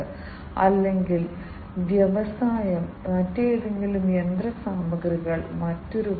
ഈ സംവിധാനങ്ങൾ അടിസ്ഥാനപരമായി വ്യത്യസ്ത സൈറ്റുകളിൽ നിന്നും വ്യത്യസ്ത സ്ഥലങ്ങളിൽ നിന്നും ഡാറ്റ ശേഖരിക്കും